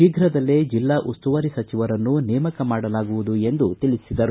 ಶೀಘದಲ್ಲೇ ಜಿಲ್ಲಾ ಉಸ್ತುವಾರಿ ಸಚಿವರನ್ನು ನೇಮಕ ಮಾಡಲಾಗುವುದು ಎಂದು ತಿಳಿಸಿದರು